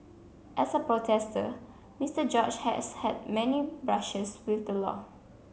as a protester Mister George has had many brushes with the law